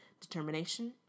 determination